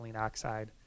oxide